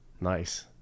nice